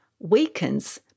weakens